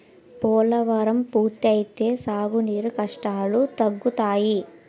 పోలవరం పూర్తి అయితే సాగు నీరు కష్టాలు తగ్గుతాయి